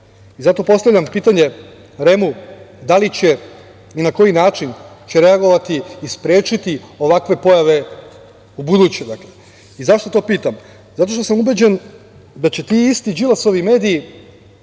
Zato postavljam pitanje REM-u da li će i na koji način će reagovati i sprečiti ovakve pojave u buduće? Zašto to pitam? Zato što sam ubeđen da će ti isti Đilasovi mediji